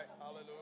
hallelujah